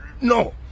no